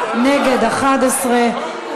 סעיפים 1 113 נתקבלו.